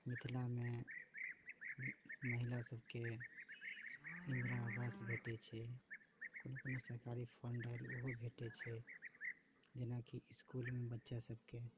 मिथिलामे महिला सबके इन्दिरा आवास भेटै छै कोनो कोनो सरकारी फण्ड आएल ओहो भेटै छै जेनाकि इसकुलमे बच्चा सबके